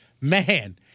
man